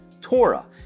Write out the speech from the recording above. Torah